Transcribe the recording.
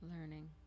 Learning